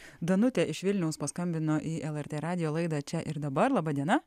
danutė iš vilniaus paskambino į lrt radijo laidą čia ir dabar laba diena